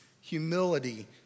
humility